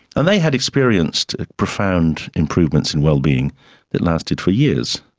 and they had experienced profound improvements in well-being that lasted for years.